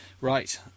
right